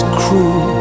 cruel